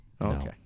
Okay